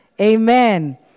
Amen